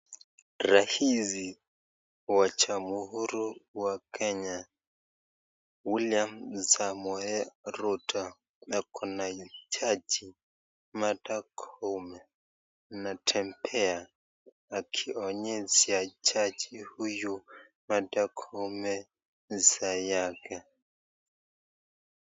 Rais wa jamuhuri ya kenya William samoe ruto, Kuna jaji Martha Koome anatembea akionyesha jaji huyu Martha Koome saa yake.